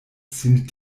sin